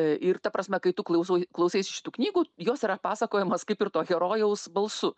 ir ta prasme kai tu klausau klausais šitų knygų jos yra pasakojimos kaip ir to herojaus balsu